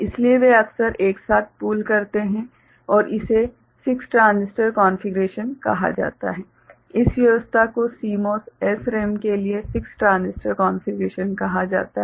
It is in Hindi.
इसलिए वे अक्सर एक साथ पूल करते हैं और इसे 6 ट्रांजिस्टर कॉन्फ़िगरेशन कहा जाता है इस व्यवस्था को CMOS SRAM के लिए 6 ट्रांजिस्टर कॉन्फ़िगरेशन कहा जाता है